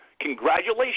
Congratulations